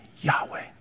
Yahweh